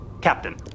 Captain